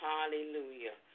Hallelujah